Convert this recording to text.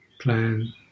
plan